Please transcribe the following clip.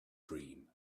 dream